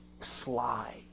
sly